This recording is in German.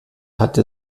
hatte